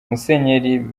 musenyeri